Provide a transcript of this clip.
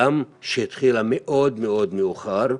גם כשהתחילה מאוד מאוד מאוחר,